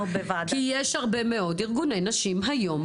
כי יש הרבה מאוד ארגוני נשים היום,